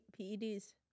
PEDs